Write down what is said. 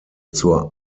zur